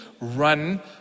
run